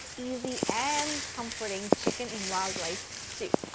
easy and comforting chicken and wild rice soup!